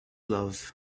love